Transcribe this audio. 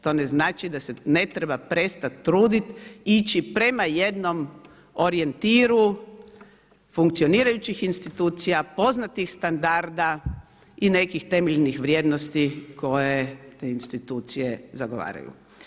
To ne znači da se ne treba prestati truditi, ići prema jednom orijentiru funkcionirajućih institucija, poznatih standarda i nekih temeljnih vrijednosti koje te institucije zagovaraju.